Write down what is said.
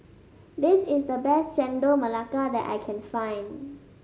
this is the best Chendol Melaka that I can find